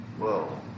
whoa